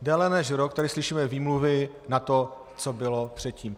Déle než rok tady slyšíme výmluvy na to, co bylo předtím.